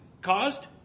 caused